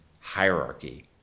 hierarchy